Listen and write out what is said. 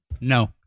No